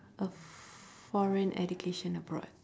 a foreign education abroad